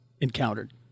encountered